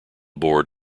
board